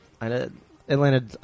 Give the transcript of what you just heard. Atlanta